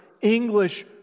English